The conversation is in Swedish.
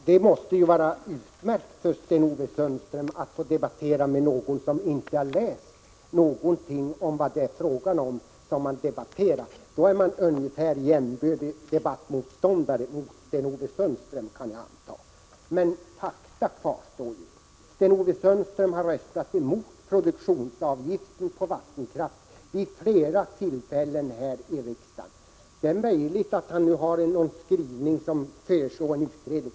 Herr talman! Det måste vara utmärkt för Sten-Ove Sundström att få debattera med någon som inte har läst på den fråga som debatteras. Då kan jag anta att jag är en jämbördig debattmotståndare till Sten-Ove Sundström. Faktum kvarstår att Sten-Ove Sundström vid flera tillfällen här i kammaren har röstat emot produktionsavgift på vattenkraft. Det är möjligt att han nu har en skrivning som föreslår en utredning.